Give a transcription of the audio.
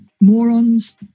morons